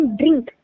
drink